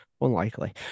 unlikely